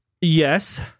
yes